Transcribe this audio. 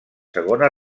segones